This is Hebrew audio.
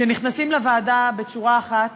שנכנסים לוועדה בצורה אחת